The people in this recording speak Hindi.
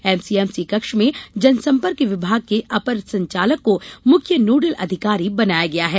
एमसीएमसी कक्ष में जनसंपर्क विभाग के अपर संचालक को मुख्य नोडल अधिकारी बनाया गया है